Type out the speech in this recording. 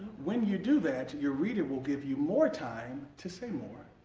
when you do that, your reader will give you more time to say more.